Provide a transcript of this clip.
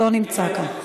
לא נמצא כאן.